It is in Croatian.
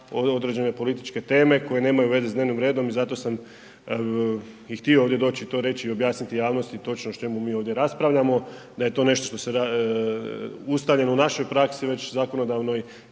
određene političke teme koje nemaju veze s dnevnim redom i zato sam i htio ovdje to reći i objasniti javnosti točno o čemu mi ovdje raspravljamo, da je to nešto što je ustaljeno u našoj praksi već zakonodavnoj